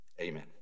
amen